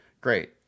great